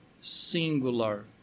singular